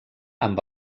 amb